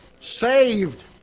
Saved